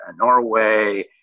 Norway